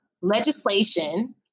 legislation